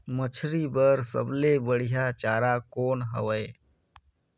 मछरी बर सबले बढ़िया चारा कौन हवय?